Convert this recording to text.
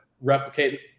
replicate